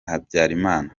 habyarimana